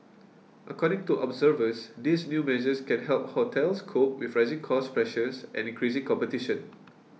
according to observers these new measures can help hotels cope with rising cost pressures and increasing competition